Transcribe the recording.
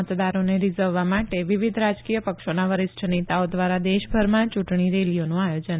મતદારોને રીઝવવા માટે વિવિધ રાજકીય પક્ષોના વરિષ્ઠ નેતાઓ દ્વારા દેશભરમાં ચૂંટણી રેલીઓનું આયોજન